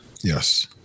Yes